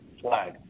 flag